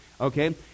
okay